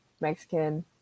Mexican